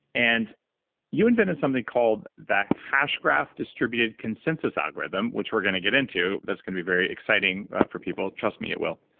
and you invented something called the hash graph distributed consensus algorithm, which we're going to get into. that's going to be very exciting for people, trust me, it will.